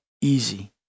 easy